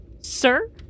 sir